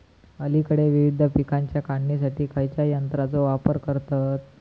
अलीकडे विविध पीकांच्या काढणीसाठी खयाच्या यंत्राचो वापर करतत?